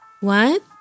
What